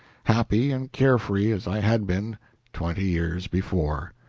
happy and care-free as i had been twenty years before.